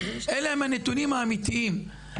אלה הם הנתונים האמיתיים,